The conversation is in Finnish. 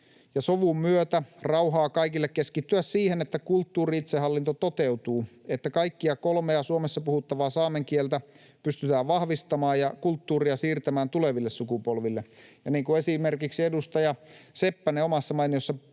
sovun myötä rauhaa kaikille keskittyä siihen, että kulttuuri-itsehallinto toteutuu, että kaikkia kolmea Suomessa puhuttavaa saamen kieltä pystytään vahvistamaan ja kulttuuria siirtämään tuleville sukupolville, ja niin kuin esimerkiksi edustaja Seppänen omassa mainiossa